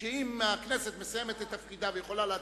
ואם הכנסת מסיימת את תפקידה והיא יכולה להצביע,